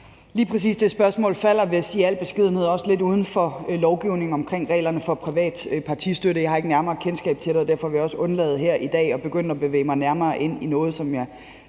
Lige præcis det spørgsmål falder, vil jeg sige i al beskedenhed, også lidt uden for lovgivningen om reglerne for privat partistøtte. Jeg har ikke nærmere kendskab til det, og derfor vil jeg også undlade her i dag at begynde at bevæge mig nærmere ind i noget, som jeg